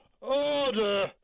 Order